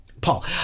Paul